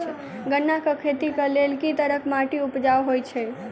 गन्ना केँ खेती केँ लेल केँ तरहक माटि उपजाउ होइ छै?